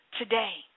today